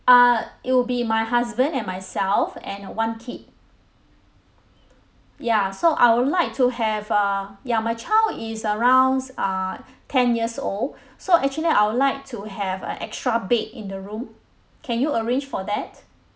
uh it will be my husband and myself and one kid ya so I would like to have uh ya my child is around s~ err ten years old so actually I would like to have a extra bed in the room can you arrange for that